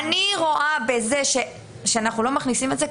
זה שאנחנו לא מכניסים את זה,